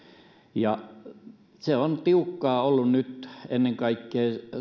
on tiukkaa ollut nyt ennen kaikkea